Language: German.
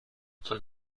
von